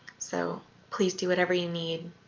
so please do whatever you need